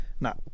Now